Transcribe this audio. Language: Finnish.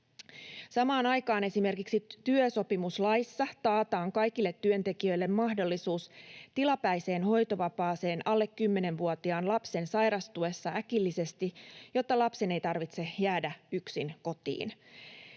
Samaan aikaan esimerkiksi työsopimuslaissa taataan kaikille työntekijöille mahdollisuus tilapäiseen hoitovapaaseen alle kymmenenvuotiaan lapsen sairastuessa äkillisesti, jotta lapsen ei tarvitse jäädä yksin kotiin.